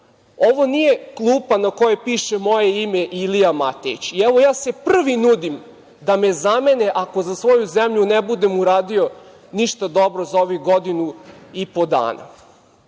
Ovo nije klupa na kojoj piše moje ime - Ilija Matejić. Ja se prvi nudim da me zamene ako za svoju zemlju ne budem uradio ništa dobro za ovih godinu i po dana. Moja